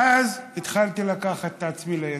ואז התחלתי לקחת את עצמי בידיים,